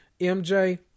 MJ